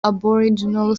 aboriginal